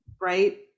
Right